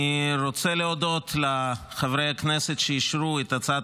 אני רוצה להודות לחברי הכנסת שאישרו את הצעת